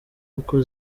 uku